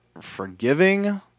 forgiving